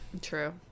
True